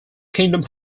kingdom